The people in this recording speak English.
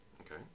Okay